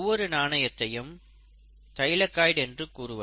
ஒவ்வொரு நாணயத்தையும் தைலகாய்டு என்று கூறுவர்